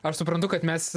aš suprantu kad mes